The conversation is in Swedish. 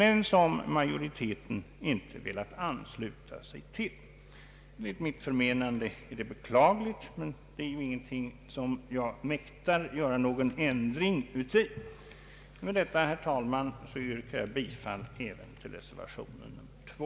Enligt mitt förmenande är det beklagligt att majoriteten inte velat ansluta sig, men det är ju ingenting som jag mäktar att göra någon ändringi. Med detta, herr talman, yrkar jag bifall även till reservation 2.